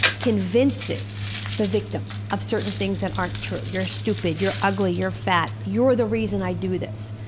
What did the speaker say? convinces the victim of certain things that aren't true you're stupid, you're ugly, you're fat you're the reason i do this.